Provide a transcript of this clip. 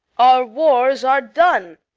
our wars are done.